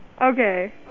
Okay